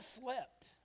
slept